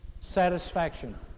Satisfaction